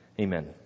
Amen